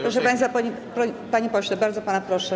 Proszę państwa, panie pośle, bardzo pana proszę.